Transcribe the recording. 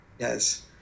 Yes